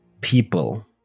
people